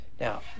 Now